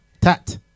Tat